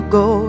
go